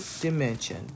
dimension